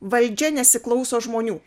valdžia nesiklauso žmonių